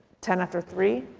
ten after three